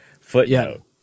footnote